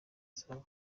zabo